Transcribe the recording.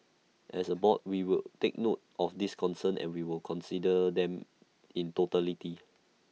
as A board we would take note of these concerns and will consider them in totality